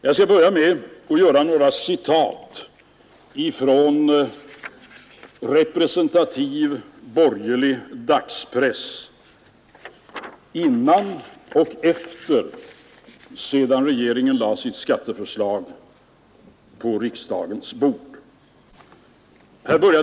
Jag skall börja med att citera representativ borgerlig dagspress före och efter det att regeringen lade sitt skatteförslag på riksdagens bord.